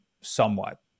somewhat